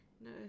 no